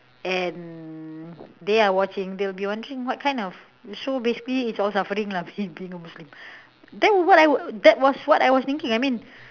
and they are watching they'll be wondering what kind of show basically it's all suffering lah being being a muslim then what I was that was what I was thinking I mean